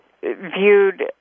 viewed